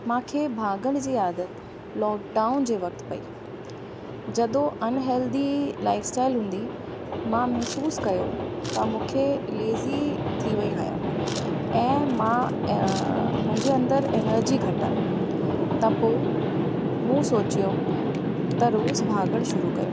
मूंखे भाॻण जी आदत लॉकडाउन जे वक़्ति पयी जॾहिं अनहेल्दी लाइफ़ स्टाइल हूंदी मां महिसूसु कयो त मूंखे लेज़ी थी वयी आहियां ऐं मां मुंहिंजे अंदरि एनर्जी घटि आहे त पोइ मूं सोचियो त रोज़ु भाॻणु शुरू कयो